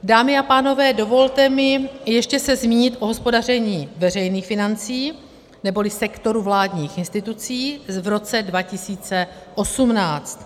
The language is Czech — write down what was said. Dámy a pánové, dovolte mi ještě se zmínit o hospodaření veřejných financí neboli sektoru vládních institucí v roce 2018.